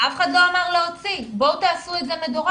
אף אחד לא אמר להוציא, בואו תעשו את זה מדורג.